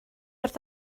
wrth